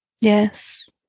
Yes